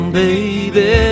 baby